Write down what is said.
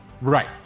Right